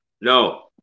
no